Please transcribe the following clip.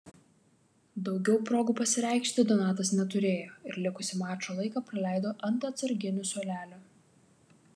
daugiau progų pasireikšti donatas neturėjo ir likusį mačo laiką praleido ant atsarginių suolelio